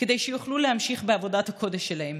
כדי שיוכלו להמשיך בעבודת הקודש שלהם.